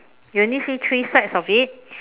you only see three sides of it